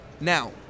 Now